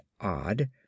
odd